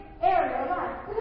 area